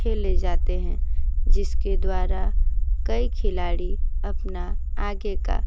खेले जाते हैं जिसके द्वारा कई खिलाड़ी अपना आगे का